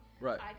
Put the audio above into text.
Right